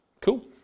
Cool